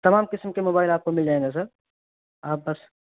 تمام قسم کے موبائل آپ کو مل جائیں گے سر آپ بس